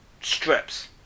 strips